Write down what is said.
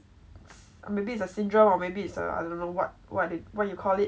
maybe it's a syndrome or maybe it's a I don't know what what what you call it but